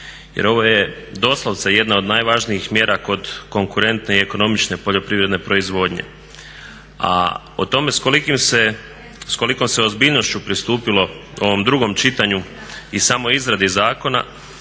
Jer ovo je doslovce jedna od najvažnijih mjera kod konkurentne i ekonomične poljoprivredne proizvodnje. A o tome s kolikom se ozbiljnošću pristupilo ovom drugom čitanju i samoj izradi zakona